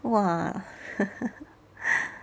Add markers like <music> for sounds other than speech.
!wah! <laughs>